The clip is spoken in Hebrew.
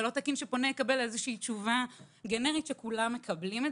זה לא תקין שפונה יקבל תשובה גנרית שכולם מקבלים.